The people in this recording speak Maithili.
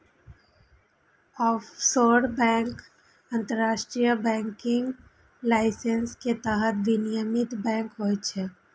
ऑफसोर बैंक अंतरराष्ट्रीय बैंकिंग लाइसेंस के तहत विनियमित बैंक होइ छै